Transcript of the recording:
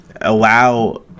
allow